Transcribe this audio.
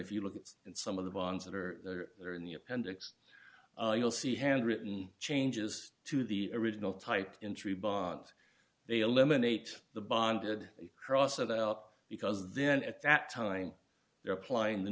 if you look at some of the bonds that are there in the appendix you'll see handwritten changes to the original type in three bonds they eliminate the bonded cross it out because then at that time they are applying the